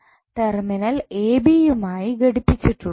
terminal A B യുമായി ഘടിപ്പിച്ചിട്ടുള്ളത്